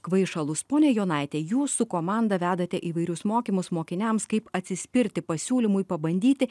kvaišalus ponia jonaite jūs su komanda vedate įvairius mokymus mokiniams kaip atsispirti pasiūlymui pabandyti